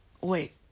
wait